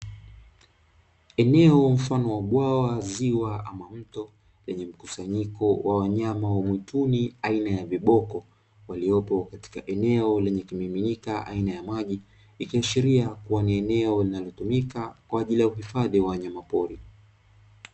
Eneo mfano wa bwawa, ziwa ama mto; lenye mkusanyiko wa wanyama wa mwituni aina ya viboko waliopo katika eneo lenye kimiminika aina ya maji. Ikiashiria kuwa ni eneo linalotumika kwa ajili ya kuhifadhi wanyamapori.